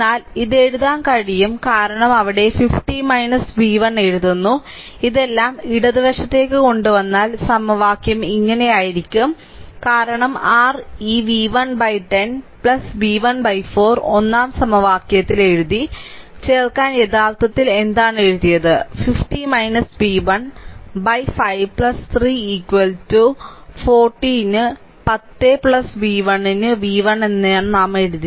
എന്നാൽ ഇത് എഴുതാൻ കഴിയും കാരണം അവിടെ 50 v1 എഴുതുന്നു ഇതെല്ലാം ഇടത് വശത്തേക്ക് കൊണ്ടുവന്നാൽ സമവാക്യം ഇങ്ങനെയായിരിക്കും കാരണം r ഈ v1 10 v1 4 ഒന്നാം സമവാക്യത്തിൽ എഴുതി ചേർക്കാൻ യഥാർത്ഥത്തിൽ എന്താണ് എഴുതിയത് 50 v1 5 3 40 ന് 10 v1 ന് v1 എഴുതി